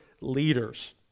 leaders